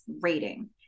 rating